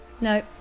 No